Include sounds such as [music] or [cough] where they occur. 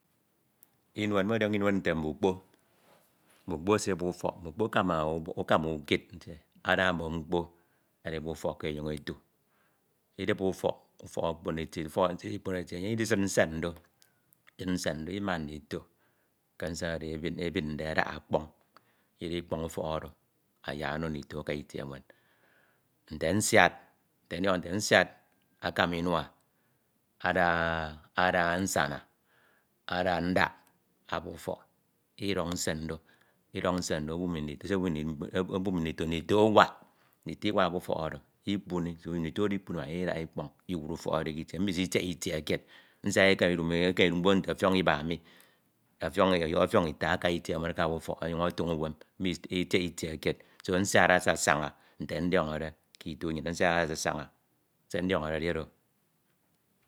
Inuen, mmọdiọño inuen nte mbukpo, mbukpo esibup ufọk, mbukpo akema, [hesitation] mbukpo akema [noise] ukid ada mme mkpo edibup ke enyoñ etu, idibup ufọk, ufọk okpon eti eti, ufọk oro idikpon eti eti, enyen idisin nsen do, isin nsen do idinnan ndito ke nsende oro e ebinde adaha ọkpọñ, idikpọñ ufọk oro ayak ono ndito aka efọk ewen. Nte nsiad, nte ndiọñode nte nsiad akama inua ada [hesitation] ada [hesitation] nsana ada ndak abup ufọk, ididọñ nsen do, idọñ nsen do obuñ ndito, obumi [unintelligible] ndito ndito awak, ndito iwak k'ufọk oro, ikpuri, ndito oro ikpuni ima, enye ididaha ikpọñ iwudi ufọk oro. Mmo esitiehe itie kied nsiad ekeme ndidu mi ekeme ndidu nkpo nte ọfiọñ iba mi, ọyọhọ ọfiọñ [hesitation] ita ake itie ewen akabup utọk ọnyuñ otoño uwen, itiehe itie kied do nsiad asasaña nte ndiọñọde ke itu nnyin, nsiad asasaña se ndiọñọde edi oro.